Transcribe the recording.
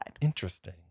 Interesting